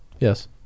Yes